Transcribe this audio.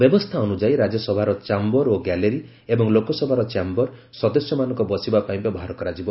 ବ୍ୟବସ୍ଥା ଅନୁଯାୟୀ ରାଜ୍ୟସଭାର ଚାୟର ଓ ଗ୍ୟାଲେରି ଏବଂ ଲୋକସଭାର ଚ୍ୟାୟର ସଦସ୍ୟମାନଙ୍କ ବସିବା ପାଇଁ ବ୍ୟବହାର କରାଯିବ